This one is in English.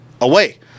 away